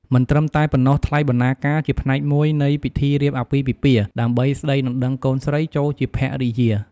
មិនត្រឹមតែប៉ុណ្ណោះថ្លៃបណ្ណាការជាផ្នែកមួយនៃពិធីរៀបអាពាហ៍ពិពាហ៍ ដើម្បីស្ដីដណ្ដឹងកូនស្រីចូលជាភរិយា។